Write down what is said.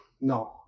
No